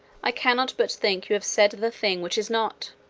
i cannot but think you have said the thing which is not.